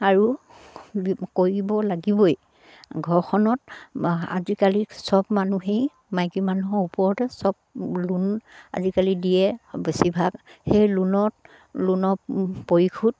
আৰু কৰিব লাগিবই ঘৰখনত আজিকালি চব মানুহেই মাইকী মানুহৰ ওপৰতে চব লোন আজিকালি দিয়ে বেছিভাগ সেই লোনত লোনৰ পৰিশোধ